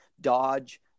Dodge